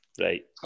right